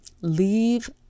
leave